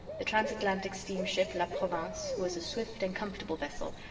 the transatlantic steamship la provence was a swift and comfortable vessel,